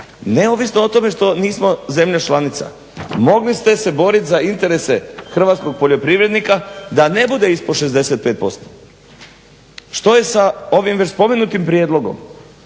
neovisno o tome što nismo zemlja članica mogli ste se borit za interese hrvatskog poljoprivrednika da ne bude ispod 65%. Što je sa ovim već spomenutim prijedlogom